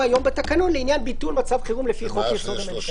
היום בתקנון לעניין ביטול מצב חירום לפי חוק יסוד: הממשלה.